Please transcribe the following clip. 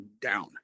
down